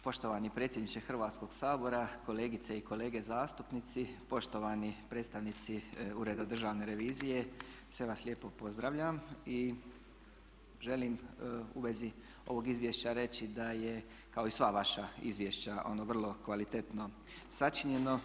Poštovani predsjedniče Hrvatskog sabora, kolegice i kolege zastupnici, poštovani predstavnici Ureda državne revizije sve vas lijepo pozdravljam i želim u vezi ovog izvješća reći da je kao i sva vaša izvješća ono vrlo kvalitetno sačinjeno.